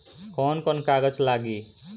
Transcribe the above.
कौन कौन कागज लागी?